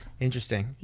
Interesting